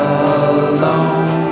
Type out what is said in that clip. alone